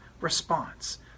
response